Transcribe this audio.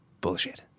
bullshit